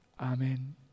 Amen